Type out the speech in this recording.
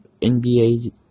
NBA